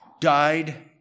died